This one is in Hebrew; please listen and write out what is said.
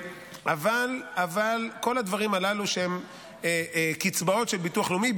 כל הדברים הללו שהם קצבאות של ביטוח לאומי,